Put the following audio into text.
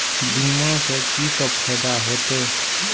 बीमा से की सब फायदा होते?